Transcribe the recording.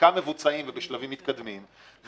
חלקם מבוצעים ובשלבים מתקדמים.